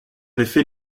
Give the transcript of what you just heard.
effet